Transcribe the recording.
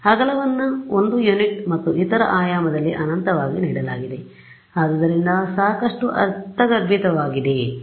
ಅಗಲವನ್ನು 1 ಯುನಿಟ್ ಮತ್ತು ಇತರ ಆಯಾಮದಲ್ಲಿ ಅನಂತವಾಗಿ ನೀಡಲಾಗಿದೆ ಆದ್ದರಿಂದ ಸಾಕಷ್ಟು ಅರ್ಥಗರ್ಭಿತವಾಗಿದೆ ಸರಿ